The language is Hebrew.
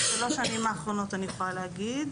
בשלוש שנים האחרונות אני יכולה להגיד.